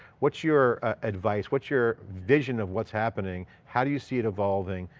what's your advice? what's your vision of what's happening? how do you see it evolving?